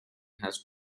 has